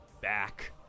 back